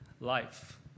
life